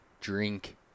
drink